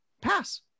pass